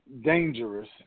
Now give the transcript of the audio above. dangerous